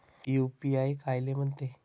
UPI कायले म्हनते?